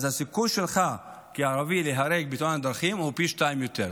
הסיכוי שלך כערבי להיהרג בתאונת דרכים הוא פי שניים יותר.